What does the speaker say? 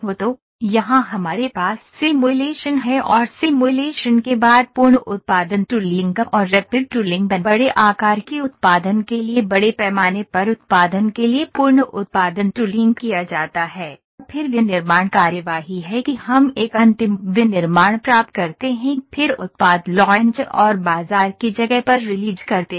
तो यहाँ हमारे पास सिमुलेशन है और सिमुलेशन के बाद पूर्ण उत्पादन टूलींग और रैपिड टूलिंग बड़े आकार के उत्पादन के लिए बड़े पैमाने पर उत्पादन के लिए पूर्ण उत्पादन टूलींग किया जाता है फिर विनिर्माण कार्यवाही है कि हम एक अंतिम विनिर्माण प्राप्त करते हैं फिर उत्पाद लॉन्च और बाजार की जगह पर रिलीज करते हैं